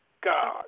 God